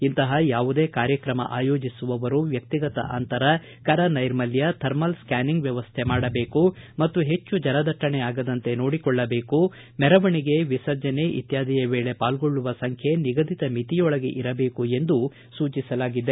ಇಂತಹ ಯಾವುದೇ ಕಾರ್ಯಕ್ರಮ ಆಯೋಜಿಸುವವರು ವ್ವಕ್ತಿಗತ ಅಂತರ ಕರ ನೈರ್ಮಲ್ಯ ಥರ್ಮಲ್ ಸ್ಕಾನಿಂಗ್ ವ್ಯವಸ್ಥೆ ಮಾಡಬೇಕು ಮತ್ತು ಹೆಚ್ಚು ಜನದಟ್ಷಣೆ ಆಗದಂತೆ ನೋಡಿಕೊಳ್ಳಬೇಕು ಹಾಗೂ ಮೆರವಣಿಗೆ ವಿಸರ್ಜನೆ ಇತ್ಯಾದಿಯ ವೇಳೆ ಪಾಲ್ಗೊಳ್ಳುವ ಸಂಖ್ಯೆ ನಿಗದಿತ ಮಿತಿಯೊಳಗೆ ಇರಬೇಕು ಎಂದು ಸೂಚಿಸಲಾಗಿದೆ